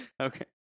Okay